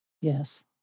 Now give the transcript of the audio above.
Yes